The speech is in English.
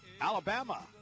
Alabama